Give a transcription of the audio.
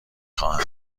خواهم